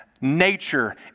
Nature